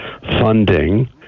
funding